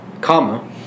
comma